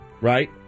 right